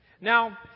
Now